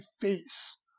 face